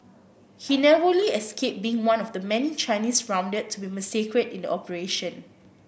he narrowly escaped being one of the many Chinese rounded to be massacred in the operation